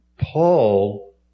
Paul